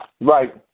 Right